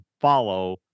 follow